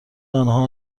آنها